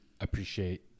appreciate